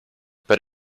but